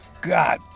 God